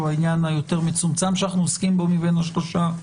שהוא העניין היותר מצומצם שאנו עוסקים בו מבין השלושה,